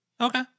Okay